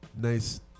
nice